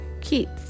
keats